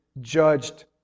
judged